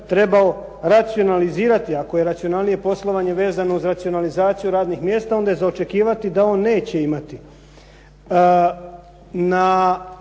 trebao racionalizirati, ako je racionalnije poslovanje vezano uz racionalizaciju radnih mjesta, onda je za očekivati da on neće imati.